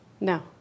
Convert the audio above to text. No